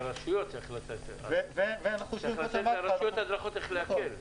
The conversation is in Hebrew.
צריך לתת לרשויות הדרכות איך להקל.